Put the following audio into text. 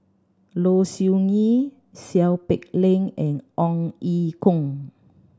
Low Siew Nghee Seow Peck Leng and Ong Ye Kung